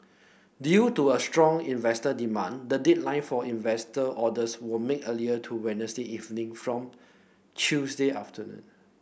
due to a strong investor demand the deadline for investor orders were made earlier to Wednesday evening from Tuesday afternoon